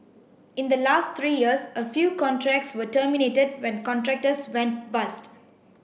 in the last three years a few contracts were terminated when contractors went bust